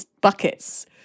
buckets